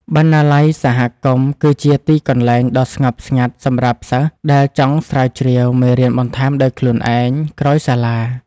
បណ្ណាល័យសហគមន៍គឺជាទីកន្លែងដ៏ស្ងប់ស្ងាត់សម្រាប់សិស្សដែលចង់ស្រាវជ្រាវមេរៀនបន្ថែមដោយខ្លួនឯងក្រោយសាលា។